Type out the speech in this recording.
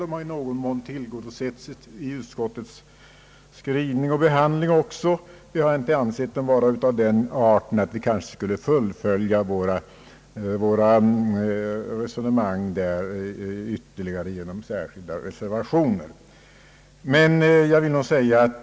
De har i någon mån tillgodosetts i utskottets skrivning och också genom utskot tets behandling, och vi har inte ansett att de är av den arten att våra resonemang bör fullföljas ytterligare genom särskilda reservationer.